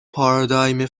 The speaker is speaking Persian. پارادایم